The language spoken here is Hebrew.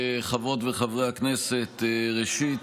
חברות וחברי הכנסת, ראשית,